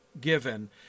given